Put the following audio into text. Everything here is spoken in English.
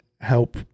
help